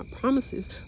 promises